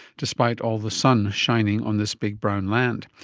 despite all the sun shining on this big brown land.